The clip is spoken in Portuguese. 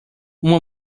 uma